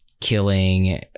killing